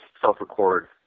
self-record